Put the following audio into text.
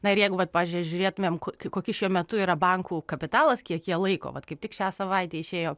na ir jeigu vat pavyzdžiui žiūrėtumėm kokie kokie šiuo metu yra bankų kapitalas kiek jie laiko vat kaip tik šią savaitę išėjo